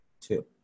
Two